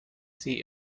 sie